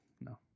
no